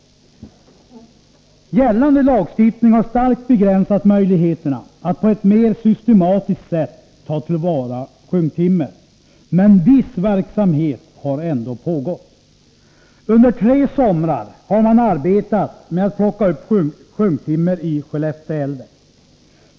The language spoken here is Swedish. Gällande lagstiftning har starkt begränsat möjligheterna att på ett mer systematiskt sätt ta till vara sjunktimmer, men viss verksamhet har ändå pågått. Under tre somrar har man arbetat med att plocka upp sjunktimmer i Skellefteälven.